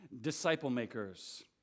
disciple-makers